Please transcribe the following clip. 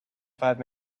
five